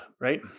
right